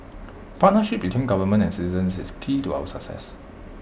partnership between government and citizens is key to our success